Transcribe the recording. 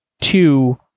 two